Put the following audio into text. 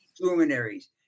luminaries